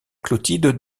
clotilde